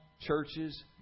churches